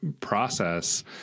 process